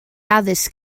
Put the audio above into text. addysg